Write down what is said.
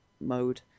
mode